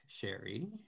Sherry